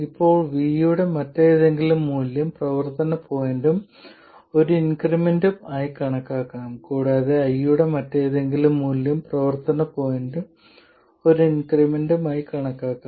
ഇപ്പോൾ V യുടെ മറ്റേതെങ്കിലും മൂല്യം പ്രവർത്തന പോയിന്റും ഒരു ഇൻക്രിമെന്റും ആയി കണക്കാക്കാം കൂടാതെ I യുടെ മറ്റേതെങ്കിലും മൂല്യം പ്രവർത്തന പോയിന്റും ഒരു ഇൻക്രിമെന്റും ആയി കണക്കാക്കാം